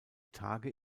tage